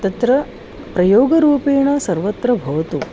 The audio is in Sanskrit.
तत्र प्रयोगरूपेण सर्वत्र भवतु